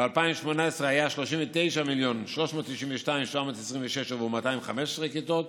ב-2018 היו 39 מיליון ו-393,726 שקל עבור 215 כיתות,